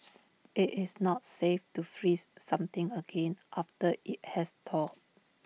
IT is not safe to freeze something again after IT has thawed